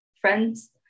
friends